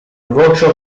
workshop